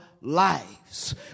lives